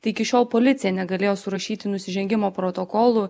tai iki šiol policija negalėjo surašyti nusižengimo protokolų